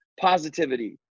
positivity